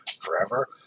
forever